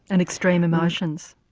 and extreme emotions.